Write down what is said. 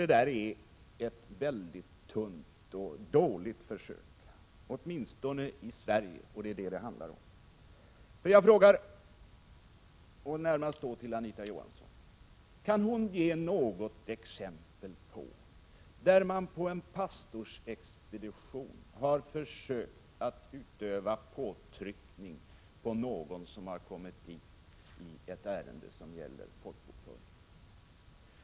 Det är ett mycket tunt argument och dett dåligt försök, åtminstone i Sverige. Jag frågar: Kan Anita Johansson ge något exempel på att man på en pastorsexpedition har försökt att utöva påtryckning på någon som har kommit dit i ett ärende som gäller folkbokföringen?